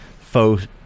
faux